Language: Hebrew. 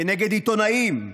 כנגד עיתונאים,